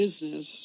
business